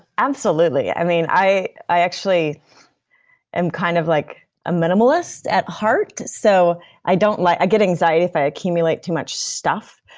absolutely. i mean i i actually am kind of like a minimalist at heart, so i don't like. i get anxiety if i accumulate too much stuff.